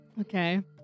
Okay